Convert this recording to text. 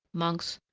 monks,